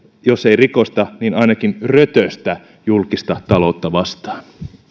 jos ei rikosta niin ainakin rötöstä julkista taloutta vastaan